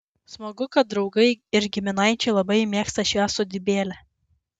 smagu kad draugai ir giminaičiai labai mėgsta šią sodybėlę